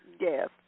Yes